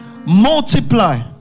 multiply